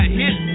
hit